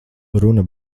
runa